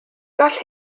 gall